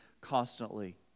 constantly